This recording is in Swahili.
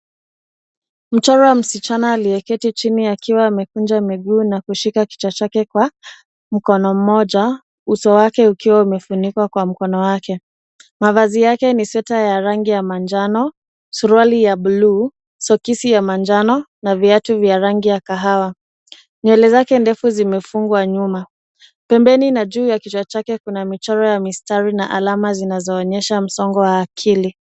Mchoro wa msichana aliyeketi chini akiwa amekunja miguu na kushika kichwa chake kwa mkono mmoja, uso wake ukiwa umefunikwa kwa mkono wake. Mavazi yake ni sweta ya rangi ya manjano, suruali ya blue , sokisi ya manjano, na viatu za rangi ya kahawa. Nywele zake ndefu zimefungwa nyuma. Pembeni na juu ya kichwa chake kuna michoro ya mistari na alama zinazoonyesha msongo wa akili.